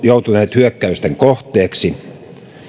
joutuneet hyökkäysten kohteeksi